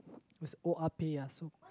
it's oya-beh-ya-som